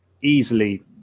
easily